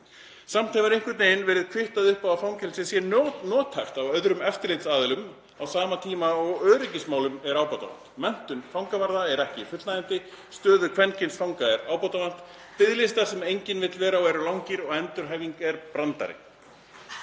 Samt hefur einhvern veginn verið kvittað upp á að fangelsið sé nothæft af öðrum eftirlitsaðilum á sama tíma og öryggismálum er ábótavant, menntun fangavarða er ekki fullnægjandi, stöðu kvenkyns fanga er ábótavant, biðlistar sem enginn vill vera á eru langir og endurhæfing er brandari.